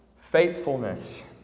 faithfulness